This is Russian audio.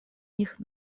них